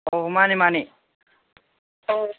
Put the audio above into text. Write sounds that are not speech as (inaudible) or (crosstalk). ꯑꯣ ꯃꯥꯟꯅꯦ ꯃꯥꯟꯅꯦ (unintelligible)